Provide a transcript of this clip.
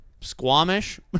Squamish